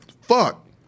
fuck